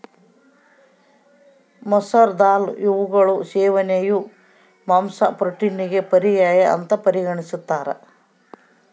ಮಸೂರ ದಾಲ್ ಇವುಗಳ ಸೇವನೆಯು ಮಾಂಸ ಪ್ರೋಟೀನಿಗೆ ಪರ್ಯಾಯ ಅಂತ ಪರಿಗಣಿಸ್ಯಾರ